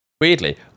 Weirdly